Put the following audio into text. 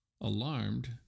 Alarmed